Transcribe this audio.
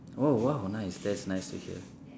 oh !wow! nice that's nice to hear